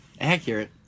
accurate